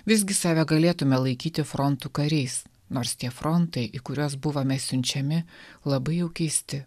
visgi save galėtume laikyti frontų kariais nors tie frontai į kuriuos buvome siunčiami labai jau keisti